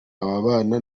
ababana